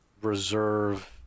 reserve